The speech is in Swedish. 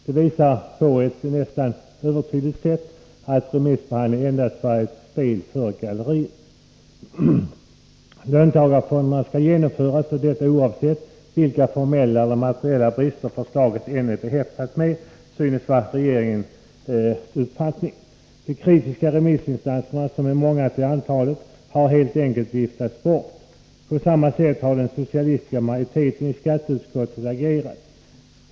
Det visar på ett nästan övertydligt sätt att remissbehandlingen endast var ett spel för galleriet. Löntagarfonderna skall genomföras och detta oavsett vilka formella och materiella brister förslaget än är behäftat med. Det synes vara regeringens uppfattning. De kritiska remissinstanserna, som är många till antalet, har helt enkelt viftats bort. På samma sätt har den socialdemokratiska majoriteten i skatteutskottet agerat.